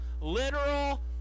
literal